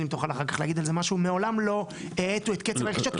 אם תוכל אחר כך להגיד על זה משהו מעולם לא האטו את קצב הרכישות,